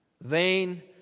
vain